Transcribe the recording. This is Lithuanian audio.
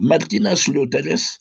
martynas liuteris